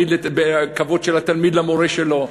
בכבוד של התלמיד למורה שלו,